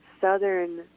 southern